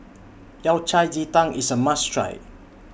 Yao Cai Ji Tang IS A must Try